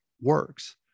works